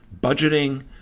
budgeting